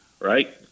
Right